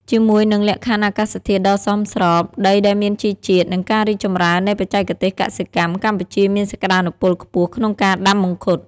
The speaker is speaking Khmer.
ជាមួយនឹងលក្ខខណ្ឌអាកាសធាតុដ៏សមស្រប ដីដែលមានជីជាតិ និងការរីកចម្រើននៃបច្ចេកទេសកសិកម្ម កម្ពុជាមានសក្ដានុពលខ្ពស់ក្នុងការដាំមង្ឃុត។